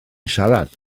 siarad